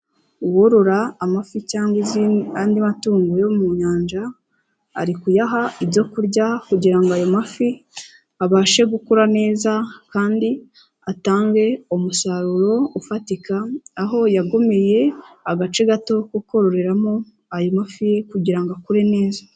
Uworora amafi cyangwa izindi andi matungo yo mu nyanja, ari kuyaha ibyo kurya kugira ngo ayo mafi abashe gukura neza kandi atange umusaruro ufatika, aho yagomeye agace gato ko kororeramo ayo mafi ye kugira ngo akure neza.